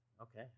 Okay